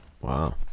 Wow